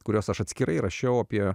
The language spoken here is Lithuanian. kuriuos aš atskirai rašiau apie